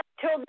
till